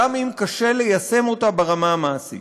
גם אם קשה ליישם אותה ברמה המעשית.